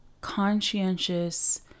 conscientious